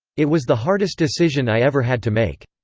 it was the hardest decision i ever had to make.